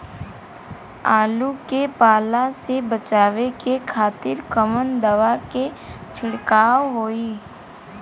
आलू के पाला से बचावे के खातिर कवन दवा के छिड़काव होई?